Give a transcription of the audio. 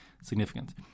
significant